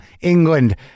England